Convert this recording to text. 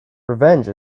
revenge